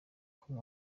com